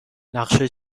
نقشت